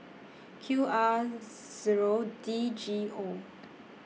Q R Zero D G O